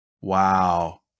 Wow